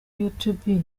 youtube